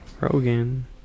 Rogan